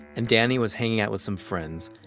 and danny was hanging out with some friends,